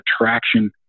attraction